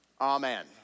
Amen